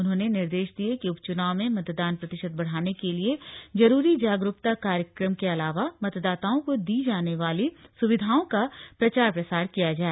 उन्होंने निर्देश दिये कि उपच्नाव में मतदान प्रतिशत बढ़ाने के लिए जरूरी जागरूकता कार्यक्रम के अलावा मतदाताओं को दी जाने वाली स्विधाओं का प्रचार प्रसार किया जाए